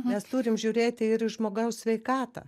mes turim žiūrėti ir į žmogaus sveikatą